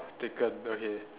taken okay